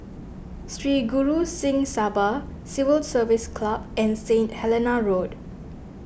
Sri Guru Singh Sabha Civil Service Club and Saint Helena Road